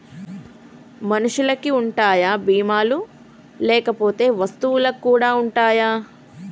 మనుషులకి ఉంటాయా బీమా లు లేకపోతే వస్తువులకు కూడా ఉంటయా?